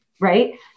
right